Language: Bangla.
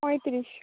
পঁয়ত্রিশ